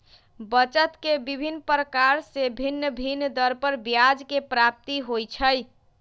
बचत के विभिन्न प्रकार से भिन्न भिन्न दर पर ब्याज के प्राप्ति होइ छइ